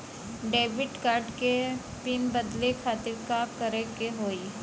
Debit card क PIN बदले खातिर का करेके होई?